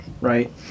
right